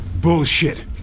Bullshit